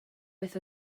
beth